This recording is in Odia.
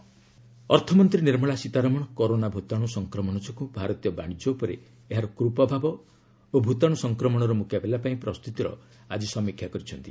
ଏଫ୍ଏମ୍ କରୋନା ମିଟ୍ ଅର୍ଥମନ୍ତ୍ରୀ ନିର୍ମଳା ସୀତାରମଣ କରୋନା ଭୂତାଣୁ ସଂକ୍ରମଣ ଯୋଗୁଁ ଭାରତୀୟ ବାଣିଜ୍ୟ ଉପରେ ଏହାର ପ୍ରଭାବ ଓ ଭୂତାଣୁ ସଂକ୍ରମଣର ମୁକାବିଲା ପାଇଁ ପ୍ରସ୍ତୁତିର ଆଜି ସମୀକ୍ଷା କରିଛନ୍ତି